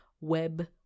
web